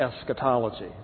eschatology